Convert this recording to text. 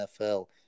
NFL